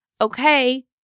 Okay